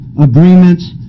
agreements